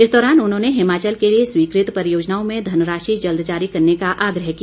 इस दौरान उन्होंने हिमाचल के लिए स्वीकृत परियोजनाओं में धनराशि जल्द जारी करने का आग्रह किया